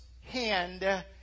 hand